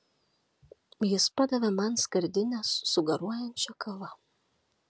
jis padavė man skardinę su garuojančia kava